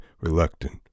reluctant